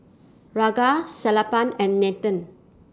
Ranga Sellapan and Nathan